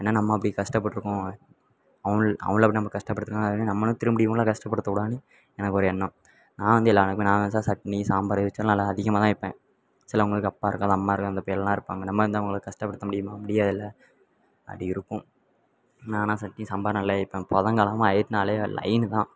ஏன்னால் நம்ம அப்படி கஷ்டப்பட்ருக்கோம் அவங்கள் அவங்கள அப்படி நம்ம கஷ்டப்படுத்த கூடாதுன்னு நம்மளும் திரும்பிடி இவங்கள கஷ்டப்படுத்த கூடாதுன்னு எனக்கு ஒரு எண்ணம் நான் வந்து எல்லாேருக்குமே நான் வந்து சட்னி சாம்பார் வைச்சாலும் நல்லா அதிகமாகதான் வைப்பேன் சிலவங்களுக்கு அப்பா இருக்காது இல்லை அம்மா இருக்காது அந்த பயலுவெவல்லாம் இருப்பாங்க நம்ம அந்தமாதிரி கஷ்டப்படுத்த முடியுமா முடியாதில்ல அப்படி இருக்கும் நானெல்லாம் சட்னி சாம்பார் நல்லா வைப்பேன் புதன் கெழ ஆகிட்ன்னாலே லைன்னு தான்